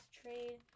trade